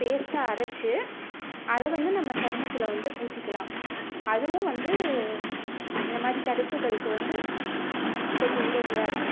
பேஸ்ட்டாக அரைத்து அதை வந்து நம்ம சருமத்தில் வந்து பூசிக்கலாம் அதுவும் வந்து இந்தமாதிரி தடிப்புகளுக்கு வந்து கொஞ்சம் உதவியாக இருக்கும்